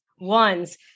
ones